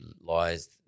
lies